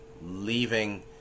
leaving